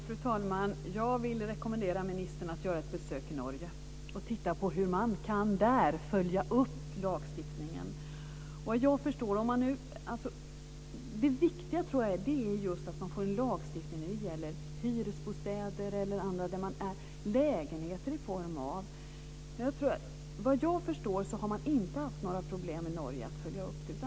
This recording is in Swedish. Fru talman! Jag vill rekommendera ministern att göra ett besök i Norge och titta på hur man där kan följa upp lagstiftningen. Det viktiga är att man får en lagstiftning som gäller hyresbostäder eller andra former av lägenheter. Såvitt jag förstår har man inte haft några problem i Norge att följa upp det.